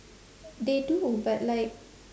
they do but like